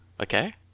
okay